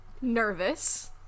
Nervous